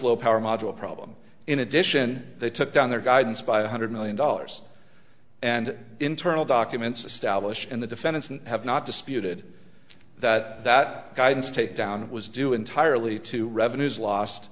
low power module problem in addition they took down their guidance by one hundred million dollars and internal documents establish in the defense and have not disputed that that guidance takedown was due entirely to revenues lost